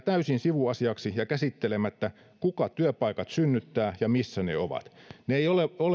täysin sivuasiaksi ja käsittelemättä se kuka työpaikat synnyttää ja missä ne ovat ne